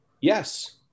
Yes